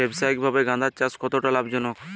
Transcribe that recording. ব্যবসায়িকভাবে গাঁদার চাষ কতটা লাভজনক?